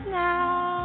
now